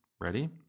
ready